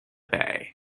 bay